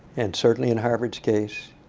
and certainly in harvard's case,